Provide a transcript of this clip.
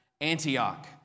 Antioch